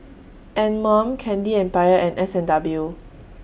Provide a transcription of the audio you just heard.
Anmum Candy Empire and S and W